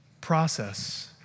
process